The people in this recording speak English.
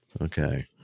Okay